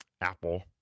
apple